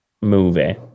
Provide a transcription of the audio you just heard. movie